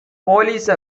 போலீஸ